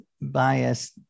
bias